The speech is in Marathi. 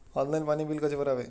ऑनलाइन पाणी बिल कसे भरावे?